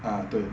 ah 对